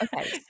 Okay